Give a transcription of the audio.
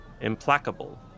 Implacable